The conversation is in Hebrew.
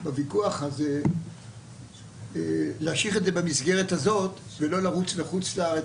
בוויכוח הזה להשאיר את זה במסגרת הזאת ולא לרוץ לחוץ לארץ.